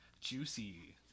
Juicy